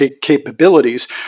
capabilities